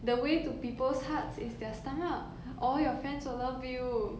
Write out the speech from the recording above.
the way to people's hearts is their stomach all your friends will love you